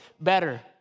better